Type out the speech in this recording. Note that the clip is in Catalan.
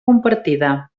compartida